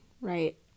right